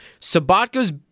Sabatka's